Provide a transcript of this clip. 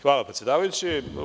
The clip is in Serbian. Hvala, predsedavajući.